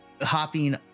hopping